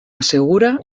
asegura